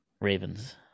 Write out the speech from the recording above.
Ravens